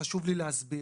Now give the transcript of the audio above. חשוב לי להסביר.